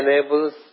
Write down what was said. enables